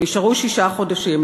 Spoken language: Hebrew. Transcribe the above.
נשארו שישה חודשים.